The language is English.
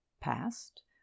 past